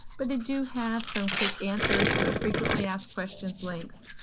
but they do have some quick answers, sort of frequently asked questions links.